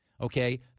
okay